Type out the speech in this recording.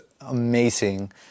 amazing